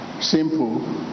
simple